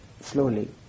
slowly